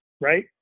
right